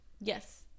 yes